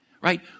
right